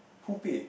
who pay